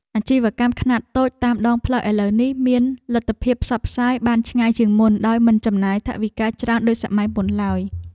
អាជីវកម្មខ្នាតតូចតាមដងផ្លូវឥឡូវនេះមានលទ្ធភាពផ្សព្វផ្សាយបានឆ្ងាយជាងមុនដោយមិនចំណាយថវិកាច្រើនដូចសម័យមុនឡើយ។